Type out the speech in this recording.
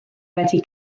wedi